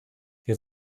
wir